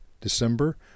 December